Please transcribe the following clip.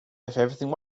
everything